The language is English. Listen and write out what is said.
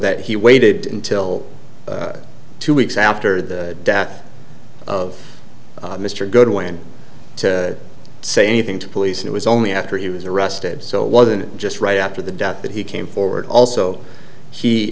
that he waited until two weeks after the death of mr goodwin to say anything to police it was only after he was arrested so it wasn't just right after the doubt that he came forward also he